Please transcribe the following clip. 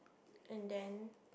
and then